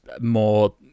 more